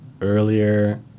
Earlier